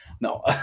No